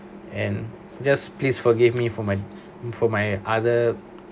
and just please forgive me for my for my other